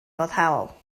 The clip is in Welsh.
foddhaol